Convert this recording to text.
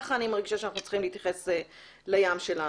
כך אני מרגישה שאנחנו צריכים להתייחס לים שלנו.